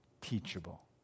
teachable